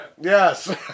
Yes